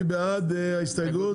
מי בעד ההסתייגות?